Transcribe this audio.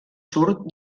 surt